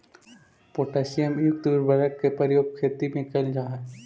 potassium युक्त उर्वरक के प्रयोग खेती में कैल जा हइ